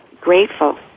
grateful